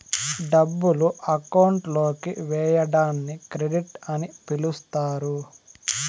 డబ్బులు అకౌంట్ లోకి వేయడాన్ని క్రెడిట్ అని పిలుత్తారు